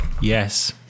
yes